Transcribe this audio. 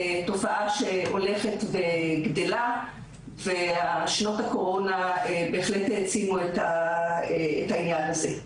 תופעה שהולכת וגדלה ושנות הקורונה בהחלט העצימו את העניין הזה.